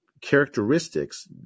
characteristics